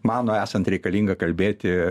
mano esant reikalinga kalbėti